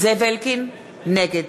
נגד